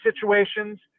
situations